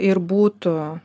ir būtų